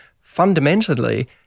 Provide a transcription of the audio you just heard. fundamentally